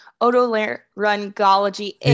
otolaryngology